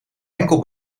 enkel